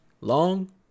Long